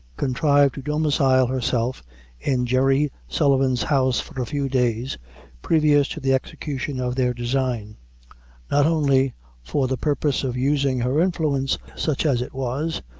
contrive to domicile herself in jerry sullivan's house for a few days previous to the execution of their design not only for the purpose of using her influence, such as it was,